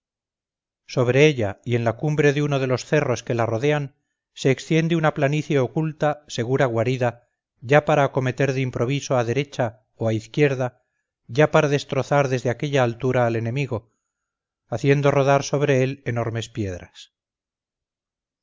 sobre ella y en la cumbre de uno de los cerros que la rodean se extiende una planicie oculta segura guarida ya para acometer de improviso a derecha o a izquierda ya para destrozar desde aquella altura al enemigo haciendo rodar sobre él enormes piedras